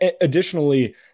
additionally